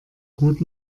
gut